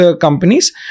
companies